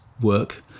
work